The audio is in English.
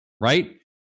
right